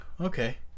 Okay